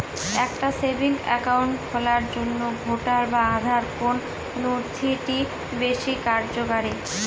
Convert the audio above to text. একটা savings account খোলার জন্য ভোটার বা আধার কোন নথিটি বেশী কার্যকরী?